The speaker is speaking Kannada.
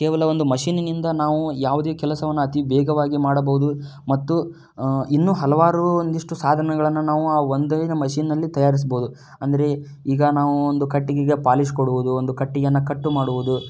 ಕೇವಲ ಒಂದು ಮಷಿನಿನಿಂದ ನಾವು ಯಾವುದೇ ಕೆಲಸವನ್ನು ಅತಿ ವೇಗವಾಗಿ ಮಾಡಬಹುದು ಮತ್ತು ಇನ್ನೂ ಹಲವಾರು ಒಂದಿಷ್ಟು ಸಾಧನಗಳನ್ನು ನಾವು ಆ ಒಂದೇ ಮಷಿನಲ್ಲಿ ತಯಾರಿಸ್ಬೋದು ಅಂದರೆ ಈಗ ನಾವೂ ಒಂದು ಕಟ್ಟಿಗೆಗೆ ಪಾಲಿಶ್ ಕೊಡುವುದು ಒಂದು ಕಟ್ಟಿಗೆಯನ್ನು ಕಟ್ ಮಾಡುವುದು